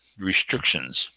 Restrictions